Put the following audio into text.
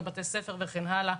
בתי ספר וכן הלאה,